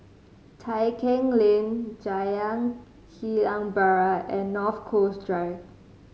Tai Keng Lane Jalan Kilang Barat and North Coast Drive